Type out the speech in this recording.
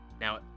now